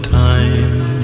time